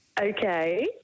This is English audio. Okay